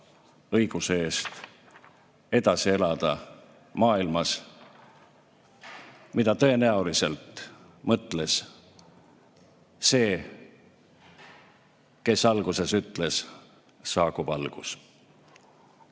õiguse eest edasi elada maailmas, mida tõenäoliselt mõtles see, kes alguses ütles: "Saagu valgus!"